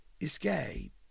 escape